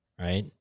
right